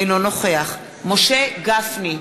אינו נוכח משה גפני,